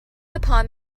upon